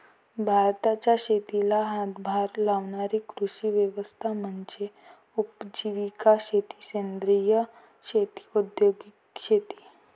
भारताच्या शेतीला हातभार लावणारी कृषी व्यवस्था म्हणजे उपजीविका शेती सेंद्रिय शेती औद्योगिक शेती